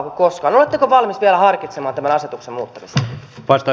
oletteko valmis vielä harkitsemaan tämän asetuksen muuttamista